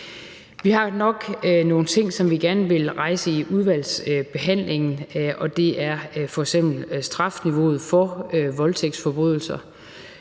Vi har nok nogle ting, som vi gerne vil rejse i udvalgsbehandlingen, og det er f.eks. strafniveauet for voldtægtsforbrydelser,